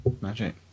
Magic